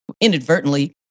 inadvertently